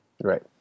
Right